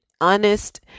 honest